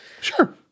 Sure